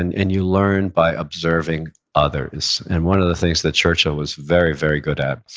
and and you learn by observing others. and one of the things that churchill was very, very good at,